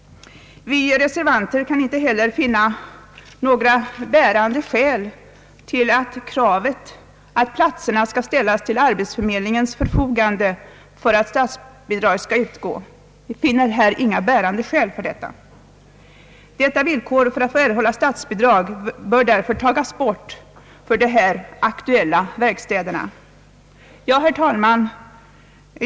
Vi reservanter kan inte heller finna några bärande skäl till kravet att plat serna skall ställas till arbetsförmedlingens förfogande för att statsbidrag skall utgå. Detta villkor för att erhålla statsbidrag bör därför tas bort för de här aktuella verkstäderna. Herr talman!